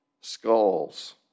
skulls